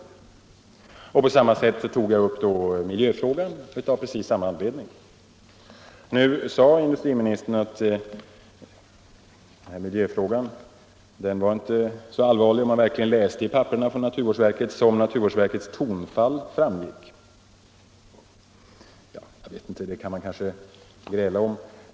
Av precis samma anledning tog jag upp miljöfrågan. Nu sade industriministern att miljöfrågan inte var så allvarlig — det kunde man se, om man läste ordentligt i papperen - som det kunde tyckas framgå av naturvårdsverkets tonfall. Ja, det kan man kanske gräla om.